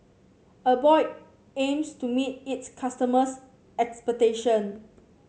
Abbott aims to meet its customers' expectation